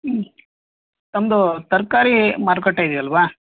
ಹ್ಞೂ ತಮ್ಮದು ತರಕಾರಿ ಮಾರುಕಟ್ಟೆ ಇದೆಯಲ್ಲವಾ